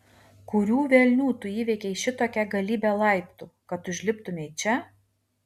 kurių velnių tu įveikei šitokią galybę laiptų kad užliptumei čia